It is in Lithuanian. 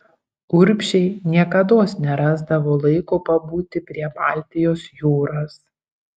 urbšiai niekados nerasdavo laiko pabūti prie baltijos jūros